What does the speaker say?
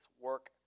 work